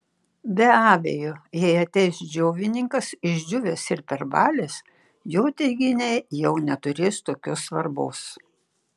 be abejo jei ateis džiovininkas išdžiūvęs ir perbalęs jo teiginiai jau neturės tokios svarbos